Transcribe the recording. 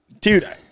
Dude